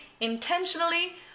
intentionally